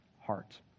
heart